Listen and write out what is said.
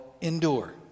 endure